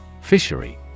FISHERY